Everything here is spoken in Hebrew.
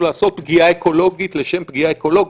לעשות פגיעה אקולוגית לשם פגיעה אקולוגית,